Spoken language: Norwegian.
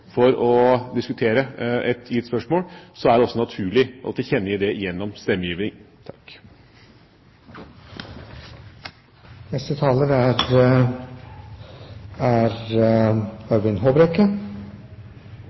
for å diskutere et gitt spørsmål, så er det også naturlig å tilkjennegi det gjennom